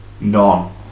none